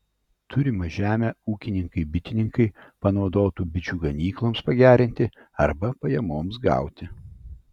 turimą žemę ūkininkai bitininkai panaudotų bičių ganykloms pagerinti arba pajamoms gauti